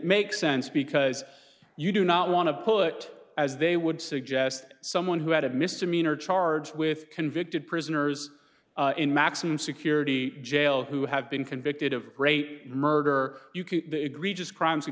makes sense because you do not want to put as they would suggest someone who had a misdemeanor charge with convicted prisoners in maximum security jail who have been convicted of rape and murder you can agree just crimes would